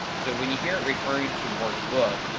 so when you hear it referring to workbook,